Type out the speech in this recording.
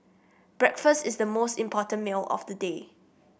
breakfast is the most important meal of the day